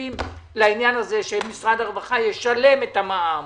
שותפים לעניין הזה שמשרד הרווחה ישלם את המע"מ.